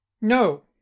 No